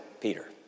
Peter